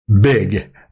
big